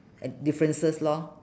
differences lor